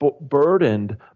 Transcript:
burdened